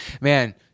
man